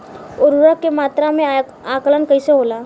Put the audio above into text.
उर्वरक के मात्रा में आकलन कईसे होला?